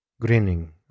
grinning